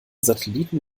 satelliten